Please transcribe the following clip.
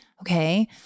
okay